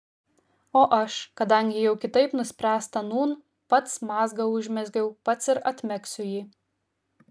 o aš kadangi jau kitaip nuspręsta nūn pats mazgą užmezgiau pats ir atmegsiu jį